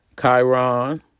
Chiron